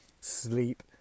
sleep